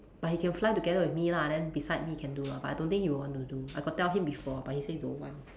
but he can fly together with me lah then beside me he can do lah but I don't think he will want to do I got tell him before but he say don't want